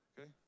Okay